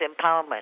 empowerment